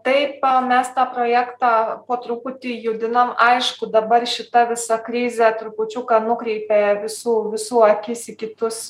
taip mes tą projektą po truputį judinam aišku dabar šita visa krizė trupučiuką nukreipė visų visų akis į kitus